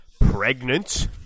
pregnant